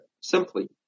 simply